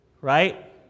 right